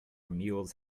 mules